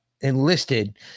enlisted